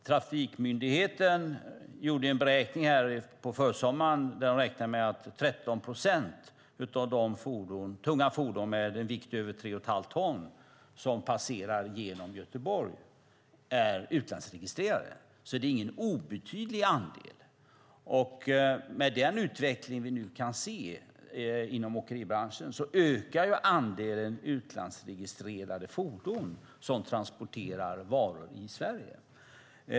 Trafikmyndigheten gjorde en beräkning under försommaren att 13 procent av de tunga fordon med en vikt över 3 1⁄2 ton som passerar genom Göteborg är utlandsregistrerade, så det är ingen obetydlig andel. Med den utveckling vi nu kan se inom åkeribranschen ökar andelen utlandsregistrerade fordon som transporterar varor i Sverige.